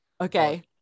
okay